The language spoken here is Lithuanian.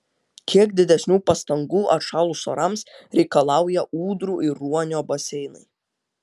kiek didesnių pastangų atšalus orams reikalauja ūdrų ir ruonio baseinai